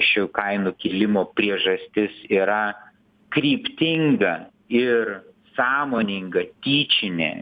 šių kainų kilimo priežastis yra kryptinga ir sąmoninga tyčinė